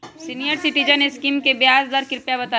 senior citizen scheme के ब्याज दर कृपया बताईं